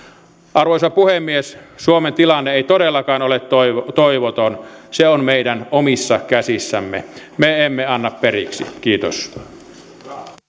arvoisa puhemies suomen tilanne ei todellakaan ole toivoton toivoton se on meidän omissa käsissämme me emme anna periksi kiitos